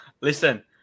listen